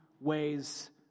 ways